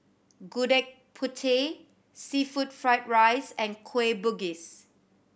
Gudeg Putih seafood fried rice and Kueh Bugis